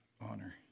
honor